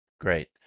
Great